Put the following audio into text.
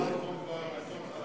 על השולחן,